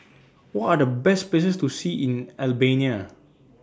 What Are The Best Places to See in Albania